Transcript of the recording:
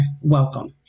welcome